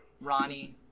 Ronnie